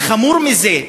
אבל חמור מזה,